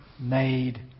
made